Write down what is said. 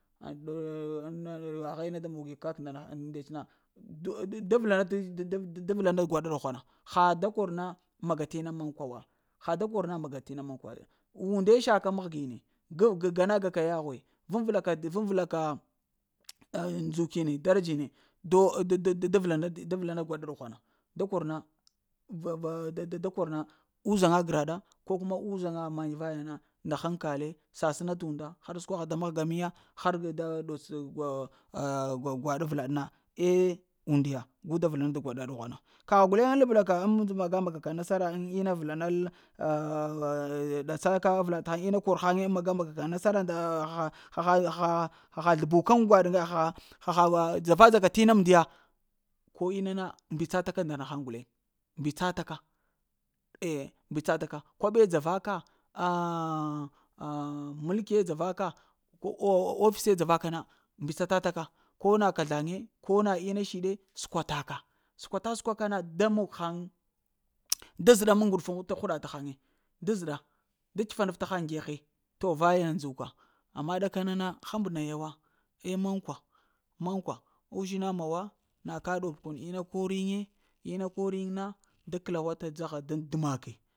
ŋha ina da moni kak na nana ndetys na, to da vla na gwaɗa ɗughwana, aha da kor na maga inna mankwa wa, ha da kor na maga t'ina mankwa unde sha ka mahgine, gu gana ga ka yaghwe vun-vla vun-vla ka ndzuki ne daradz ne, to da-da-da- da vla na da vlana gwada ɗughwana, da kor na, a. a ɓ da kor na, uzhaŋga gra ɗa ko kuma uzhaŋga men vaya na, nda hankale sa sna to unda, ha skwaha da mahga miya. Har da ɗots gw ŋ gwa gwaɗa avlaɗ na, eh undiya gu da vla na gwaɗa ɗughwana kagh guleŋ ŋ lablaka maga-maga ka nasara na ŋ ma vla ɗal a-a-a-ah ɗatsa ka avla tahay ina kar haŋ ya mga-maga ka nasara nda ha haha-haha-haha zləevukum gwaɗ na haha dzaradza ka tina amndiya, ko inna na mbitsa taka nda nahaŋ guleŋ mbitsa taka eh mbitsaka koɓe dzaraka, ahh ahhn mulkiye dzavaka, ko oh offise dzavaka na, mbitsa-ta-ta ka, ko na kazlaŋe, ko na ina shide tsəekwa-ta-ka tsəekwa-ta-tsəe-kwa ka na da mog haŋ da zəɗa mun ŋguduf ŋ huɗa ta haŋa da zəɗa da t'əfa ɗaf ta haŋ ŋgeghe. To vaya ndzuka, amma ɗaka nana həm ba naya wa. Eh mankwa, mankwa uzhuna muwa na ka ɓub kun inna kori ŋyi inna kor yim na da təlla wa ta dzaha dan ndəemake